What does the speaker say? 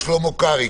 שלמה קרעי,